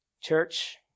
Church